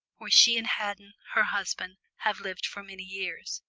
where she and haddon, her husband, have lived for many years,